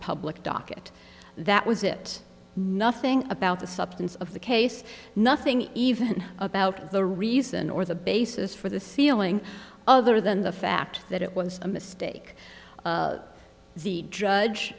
public docket that was it nothing about the substance of the case nothing even about the reason or the basis for the ceiling other than the fact that it was a mistake the judge